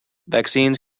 vaccines